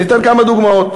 אני אתן כמה דוגמאות.